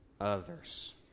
others